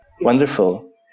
wonderful